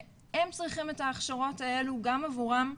הם צריכים את ההכשרות האלו גם עבורם,